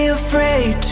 afraid